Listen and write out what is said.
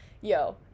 Yo